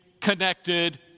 connected